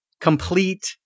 complete